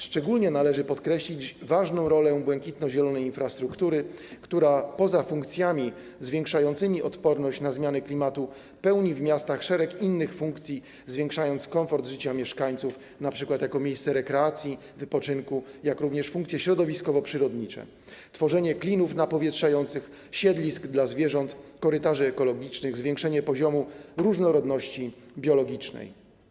Szczególnie należy podkreślić ważna rolę błękitno-zielonej infrastruktury, która poza funkcjami zwiększającymi odporność na zmiany klimatu, pełni w miastach szereg innych funkcji, zwiększając komfort życia mieszkańców, np. jako miejsce rekreacji, wypoczynku, jak również funkcje środowiskowo-przyrodnicze - tworzenie klinów napowietrzających, siedlisk dla zwierząt, korytarzy ekologicznych, zwiększenie poziomu różnorodności biologicznej.